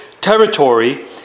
territory